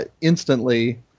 instantly